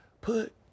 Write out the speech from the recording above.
put